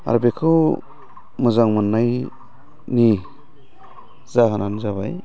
आरो बेखौ मोजां मोननायनि जाहोनानो जाबाय